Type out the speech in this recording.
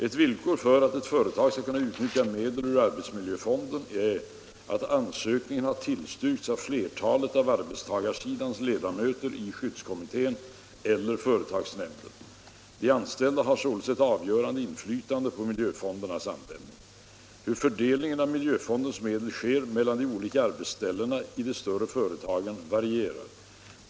Ett villkor för att ett företag skall kunna utnyttja medel ur arbetsmiljöfonden är att ansökningen har tillstyrkts av flertalet av arbetstagarsidans ledamöter i skyddskommittén eller företagsnämnden. De anställda har således ett avgörande inflytande på miljöfondernas använd Hur fördelningen av miljöfondens medel sker mellan olika arbetsställen i de större företagen varierar.